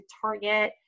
target